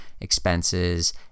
expenses